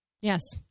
Yes